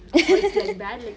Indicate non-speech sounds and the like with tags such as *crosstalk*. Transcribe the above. *laughs*